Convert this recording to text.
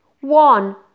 One